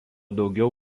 daugiau